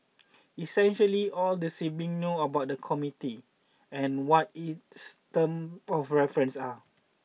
essentially all the sibling know about the committee and what its term of reference are